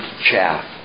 chaff